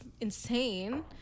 insane